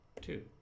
two